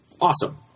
Awesome